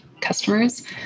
customers